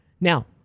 Now